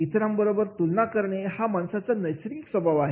इतरांबरोबर तुलना करणे हा माणसाचा नैसर्गिक स्वभाव आहे